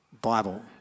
Bible